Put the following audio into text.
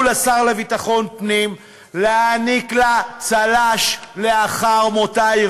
ולשר לביטחון פנים להעניק לה צל"ש לאחר מותה.